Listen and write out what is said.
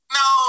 no